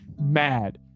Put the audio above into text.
Mad